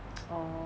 orh